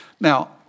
Now